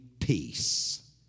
peace